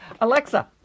Alexa